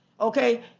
okay